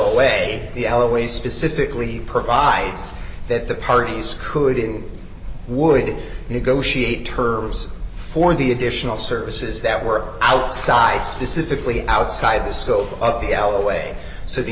a yellow ways specifically provides that the parties could in would negotiate terms for the additional services that work outside specifically outside the scope of the l way so the